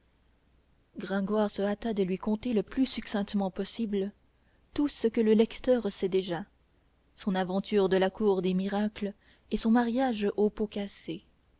gringoire se hâta de lui conter le plus succinctement possible tout ce que le lecteur sait déjà son aventure de la cour des miracles et son mariage au pot cassé